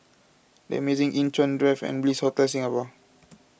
the Amazing Inn Chuan Drive and Bliss Hotel Singapore